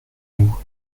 nous